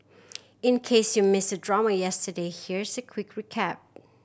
in case you missed the drama yesterday here's a quick recap